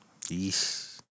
Yeesh